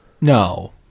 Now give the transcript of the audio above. No